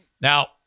Now